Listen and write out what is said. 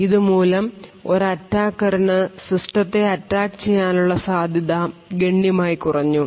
അതുമൂലം ഒരു അറ്റാക്കറിനു സിസ്റ്റത്തെ അറ്റാക്ക് ചെയ്യാനുള്ള സാധ്യത ഗണ്യമായി കുറഞ്ഞു